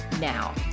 now